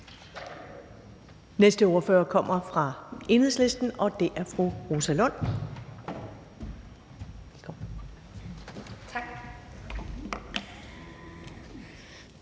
næste ordfører kommer fra Enhedslisten, og det er fru Rosa Lund.